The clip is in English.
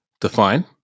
define